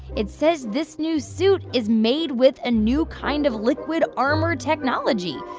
it says this new suit is made with a new kind of liquid armor technology.